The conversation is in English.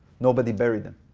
nobody buried them.